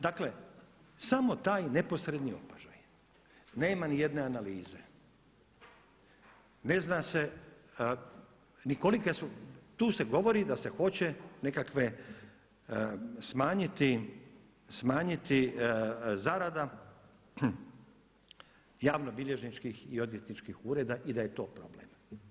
Dakle samo taj neposredni opažaj, nema ni jedne analize, ne zna se ni kolike su, tu se govori da se hoće nekakve smanjiti zarada javnobilježničkih i odvjetničkih ureda i da je to problem.